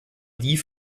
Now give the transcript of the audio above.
die